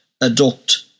adopt